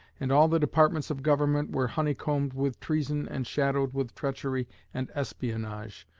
and all the departments of government were honeycombed with treason and shadowed with treachery and espionage.